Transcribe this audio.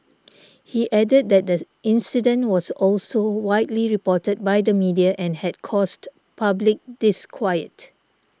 he added that the incident was also widely reported by the media and had caused public disquiet